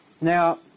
Now